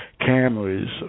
cameras